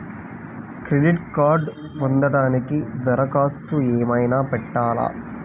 Credit కార్డ్ను పొందటానికి దరఖాస్తు ఏమయినా పెట్టాలా?